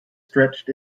stretched